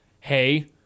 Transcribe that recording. hey